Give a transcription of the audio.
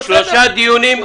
הביקורת שלי לאגף התקציבים,